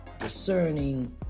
discerning